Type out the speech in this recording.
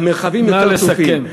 המרחבים יותר צפופים.